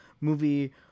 movie